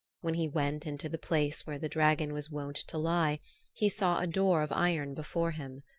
when he went into the place where the dragon was wont to lie he saw a door of iron before him.